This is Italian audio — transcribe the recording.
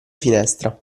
finestra